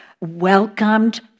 welcomed